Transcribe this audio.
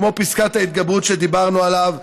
כמו פסקת ההתגברות שדיברנו עליה,